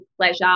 pleasure